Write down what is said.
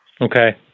okay